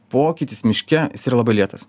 pokytis miške jis yra labai lėtas